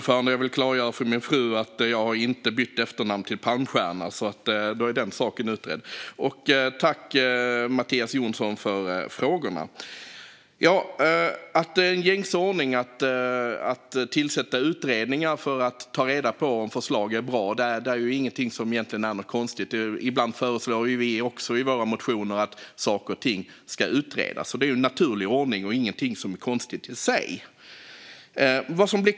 Fru talman! Tack, Mattias Jonsson, för frågorna! Att det är en gängse ordning att tillsätta utredningar för att ta reda på om förslag är bra är egentligen inte konstigt. Ibland föreslår vi också i våra motioner att saker och ting ska utredas. Detta är en naturlig ordning och inget som är konstigt i sig.